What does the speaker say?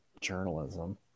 journalism